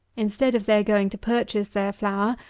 instead of their going to purchase their flour,